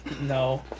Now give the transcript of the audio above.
No